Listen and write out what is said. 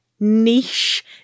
niche